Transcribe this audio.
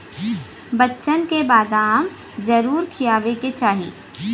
बच्चन के बदाम जरूर खियावे के चाही